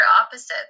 opposites